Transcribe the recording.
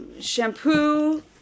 shampoo